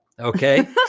Okay